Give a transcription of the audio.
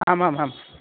आम् आम् आम्